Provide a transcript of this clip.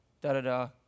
da-da-da